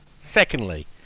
secondly